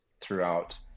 throughout